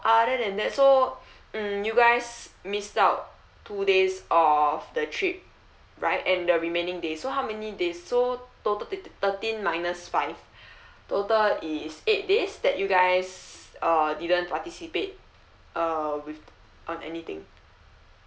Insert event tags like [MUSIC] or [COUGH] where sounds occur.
other than that so mm you guys miss out two days of the trip right and the remaining days so how many days so total thir~ thirteen minus five [BREATH] total is eight days that you guys uh didn't participate uh with on anything